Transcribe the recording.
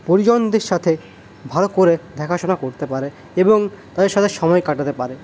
পরিজনদের সাথে ভালো করে দেখাশোনা করতে পারে এবং তাদের সাথে সময় কাটাতে পারে